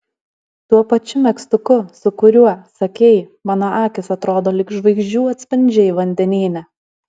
tuo pačiu megztuku su kuriuo sakei mano akys atrodo lyg žvaigždžių atspindžiai vandenyne